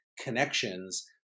connections